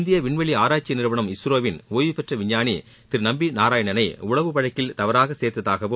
இந்திய விண்வெளி ஆராய்ச்சி நிறுவனம் இஸ்ரோவின் ஓய்வுபெற்ற விஞ்ஞானி திரு நம்பி நாராயணனை உளவு வழக்கில் தவறாகசேர்த்தாகவும்